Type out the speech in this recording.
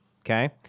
okay